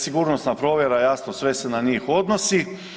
Sigurnosna provjera, jasno, sve se na njih odnosi.